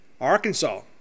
Arkansas